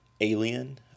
alien